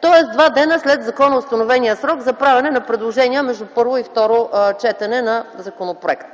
Тоест два дни след законоустановения срок за правене на предложения между първо и второ четене на законопроект.